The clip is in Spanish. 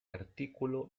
artículo